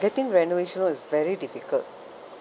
getting renovation was very difficult